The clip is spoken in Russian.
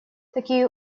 такие